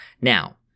Now